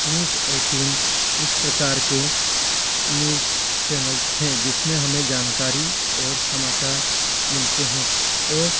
news eighteen इस प्रकार के न्यूज़ चैनलस हैं जिसमें हमें जानकारी और समाचार मिलते हैं और